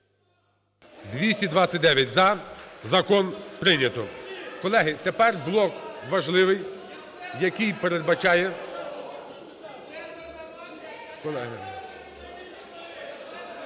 За-229 Закон прийнято. Колеги, тепер блок важливий, який передбачає… Колеги,